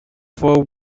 for